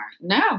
No